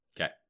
Okay